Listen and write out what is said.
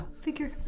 Figure